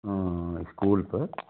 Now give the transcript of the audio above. हाँ इस्कूल पर